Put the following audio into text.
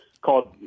called